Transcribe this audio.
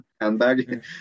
handbag